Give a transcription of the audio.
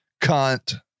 cunt